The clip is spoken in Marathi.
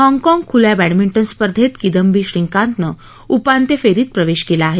हाँगकाँग ख्ल्या बँडमिटन स्पर्धेत किदंबी श्रीकांतने उपान्त्य फेरीत प्रवेश केला आहे